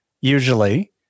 usually